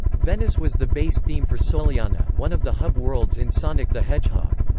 venice was the base theme for soleanna, one of the hub worlds in sonic the hedgehog.